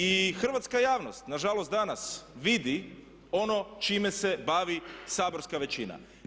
I hrvatska javnost nažalost danas vidi ono čime se bavi saborska većina.